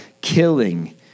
killing